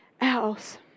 else